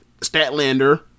Statlander